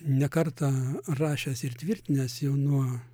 ne kartą rašęs ir tvirtinęs jau nuo